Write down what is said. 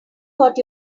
got